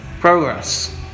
Progress